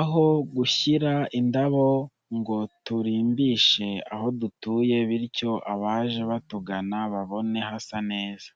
aho gushyira indabo ngo turimbishe aho dutuye bityo abaje batugana babone hasa neza.